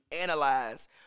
analyze